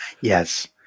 Yes